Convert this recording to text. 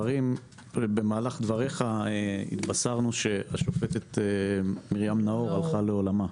במהלך דברי הפתיחה התבשרנו שהשופטת מרים נאור הלכה לעולמה.